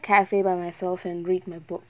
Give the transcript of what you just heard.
cafe by myself and read my book